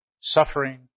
suffering